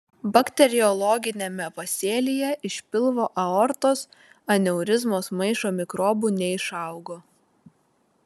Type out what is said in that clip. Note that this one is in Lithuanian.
bakteriologiniame pasėlyje iš pilvo aortos aneurizmos maišo mikrobų neišaugo